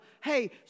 Hey